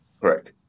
Correct